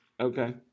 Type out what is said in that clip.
Okay